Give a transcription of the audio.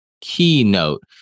keynote